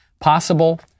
possible